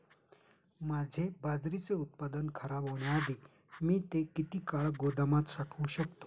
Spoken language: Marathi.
माझे बाजरीचे उत्पादन खराब होण्याआधी मी ते किती काळ गोदामात साठवू शकतो?